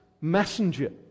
messenger